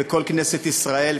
וכל כנסת ישראל,